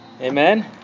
Amen